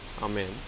Amen